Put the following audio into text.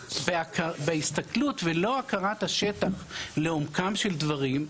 בהסתכלות ולא הכרת השטח לעומקם של דברים,